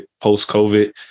post-COVID